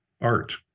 art